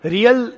Real